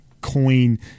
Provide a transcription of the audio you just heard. coin